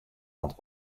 want